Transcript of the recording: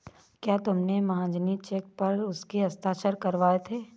क्या तुमने महाजनी चेक पर उसके हस्ताक्षर करवाए थे?